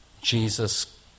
Jesus